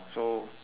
so